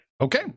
okay